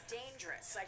dangerous